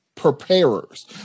Preparers